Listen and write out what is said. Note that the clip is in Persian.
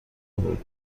بود